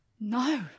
No